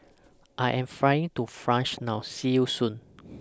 I Am Flying to France now See YOU Soon